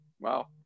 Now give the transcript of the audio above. Wow